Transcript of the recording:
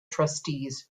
trustees